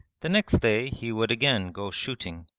the next day he would again go shooting,